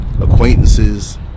acquaintances